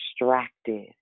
distracted